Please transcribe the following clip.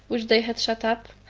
which they had shut up,